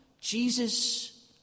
Jesus